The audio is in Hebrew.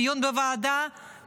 דיון בוועדה,